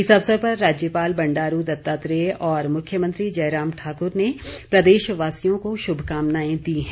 इस अवसर पर राज्यपाल बंडारू दत्तात्रेय और मुख्यमंत्री जयराम ठाकुर ने प्रदेशवासियों को शुभकामनाएं दी है